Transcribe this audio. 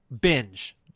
binge